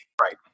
Right